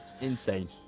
insane